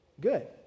Good